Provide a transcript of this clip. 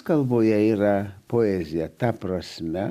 kalboje yra poezija ta prasme